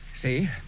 See